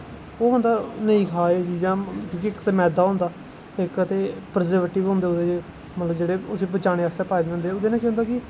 ओह् बंदा नेईं खा एह् चीजां क्योंकि मैदा होंदा इक ते प्रजरवेटिव होंदा ओह्दे च मतलब जेह्ड़े उसी पचाने आस्तै पाए दे होंदे ओह्दे नै केह् होंदा कि